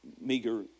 meager